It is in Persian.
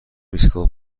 ایستگاه